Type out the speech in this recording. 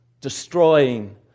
destroying